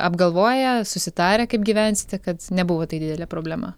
apgalvoję susitarę kaip gyvensite kad nebuvo tai didelė problema